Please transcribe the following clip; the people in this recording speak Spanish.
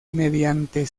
mediante